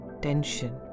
tension